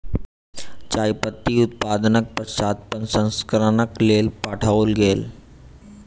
चाय पत्ती उत्पादनक पश्चात प्रसंस्करणक लेल पठाओल गेल